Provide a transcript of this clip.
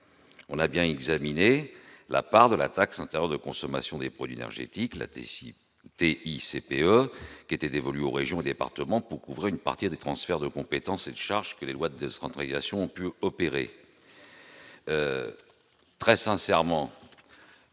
avons bien examiné la part de la taxe intérieure de consommation des produits énergétiques, la TICPE, qui était dévolue aux régions et aux départements pour couvrir une partie des transferts de compétences et de charges que les lois de décentralisation ont pu opérer. Très sincèrement,